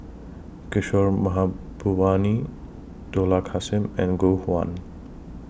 Kishore Mahbubani Dollah Kassim and Gu Juan